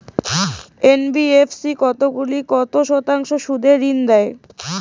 NBFC কতগুলি কত শতাংশ সুদে ঋন দেয়?